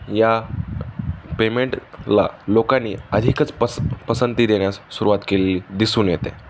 या पेमेंटला लोकांनी अधिकच पस पसंती देण्यास सुरवात केलली दिसून येते